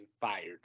fired